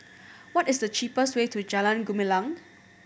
what is the cheapest way to Jalan Gumilang